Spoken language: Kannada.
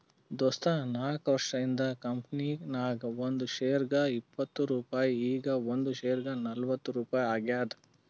ದೋಸ್ತ ನಾಕ್ವರ್ಷ ಹಿಂದ್ ಕಂಪನಿ ನಾಗ್ ಒಂದ್ ಶೇರ್ಗ ಇಪ್ಪತ್ ರುಪಾಯಿ ಈಗ್ ಒಂದ್ ಶೇರ್ಗ ನಲ್ವತ್ ರುಪಾಯಿ ಆಗ್ಯಾದ್